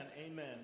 Amen